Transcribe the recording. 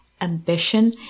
ambition